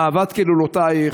אהבת כלולותייך,